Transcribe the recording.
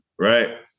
right